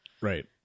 Right